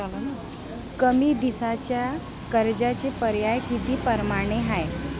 कमी दिसाच्या कर्जाचे पर्याय किती परमाने हाय?